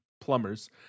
plumbers